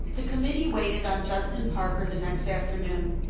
the committee waited on judson parker the next afternoon.